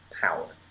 power